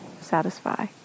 satisfy